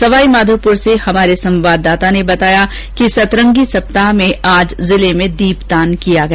सवाईमाधोपुर से हमारे संवाददाता ने बताया कि सतरंगी सप्ताह में आज जिले में दीपदान किया गया